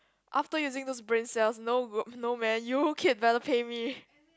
after using those brain cells no g~ no man you k~ better pay me